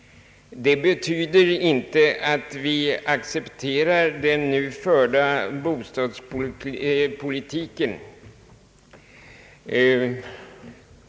Det betyder inte att vi accepterar den nu förda bostadspolitiken.